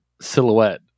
silhouette